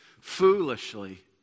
foolishly